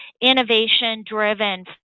innovation-driven